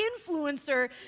influencer